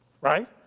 Right